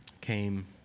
came